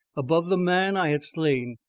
above the man i had slain,